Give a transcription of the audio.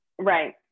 Right